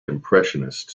impressionist